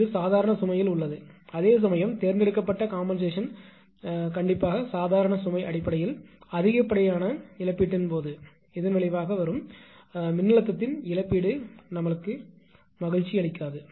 இது சாதாரண சுமையில் உள்ளது அதேசமயம் தேர்ந்தெடுக்கப்பட்ட கம்பென்சேஷன் கண்டிப்பாக சாதாரண சுமை அடிப்படையில் அதிகப்படியான இழப்பீட்டின் போது இதன் விளைவாக வரும் மின்னழுத்தத்தின் இழப்பீடு மகிழ்ச்சி அளிக்காது